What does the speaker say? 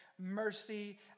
Mercy